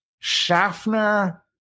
Schaffner